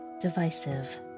divisive